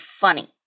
funny